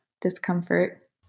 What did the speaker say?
discomfort